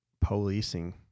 policing